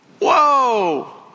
Whoa